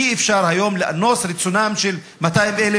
אי-אפשר היום לאנוס את רצונם של 200,000